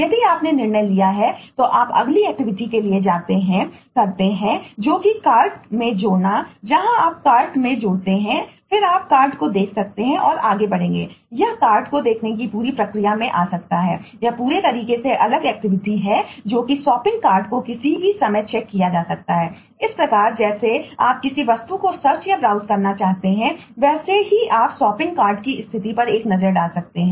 यदि आपने निर्णय लिया है तो आप अगली एक्टिविटी क्या हैं